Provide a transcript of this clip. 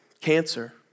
cancer